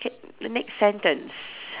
K next sentence